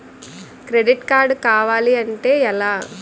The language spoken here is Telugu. క్రెడిట్ కార్డ్ కావాలి అంటే ఎలా?